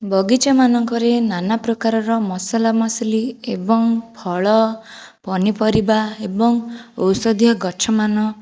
ବଗିଚା ମାନଙ୍କରେ ନାନାପ୍ରକାରର ମସଲା ମସଲି ଏବଂ ଫଳ ପନିପରିବା ଏବଂ ଔଷଧୀୟ ଗଛ ମାନ